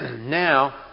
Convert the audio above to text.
now